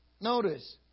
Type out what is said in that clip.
Notice